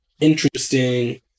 interesting